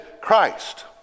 Christ